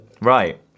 Right